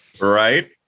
Right